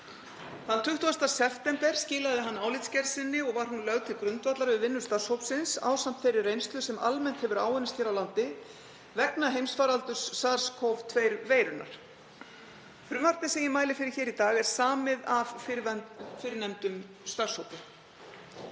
Þann 20. september skilaði hann álitsgerð sinni og var hún lögð til grundvallar við vinnu starfshópsins ásamt þeirri reynslu sem almennt hefur áunnist hér á landi vegna heimsfaraldurs SARS-CoV-2-veirunnar. Frumvarpið sem ég mæli fyrir hér í dag er samið af fyrrnefndum starfshópi.